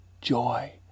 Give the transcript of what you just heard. joy